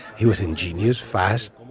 he was ingenious fast.